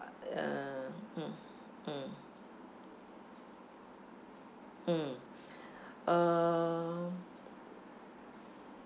uh mm mm mm uh